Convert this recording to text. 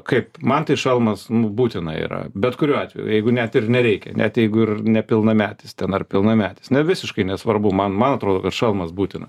kaip man tai šalmas būtina yra bet kuriuo atveju jeigu net ir nereikia net jeigu ir nepilnametis ten ar pilnametis na visiškai nesvarbu man man atrodo kad šalmas būtina